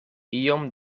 iom